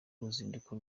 uruzinduko